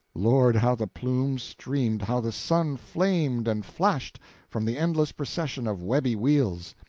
lord, how the plumes streamed, how the sun flamed and flashed from the endless procession of webby wheels!